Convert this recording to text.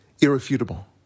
irrefutable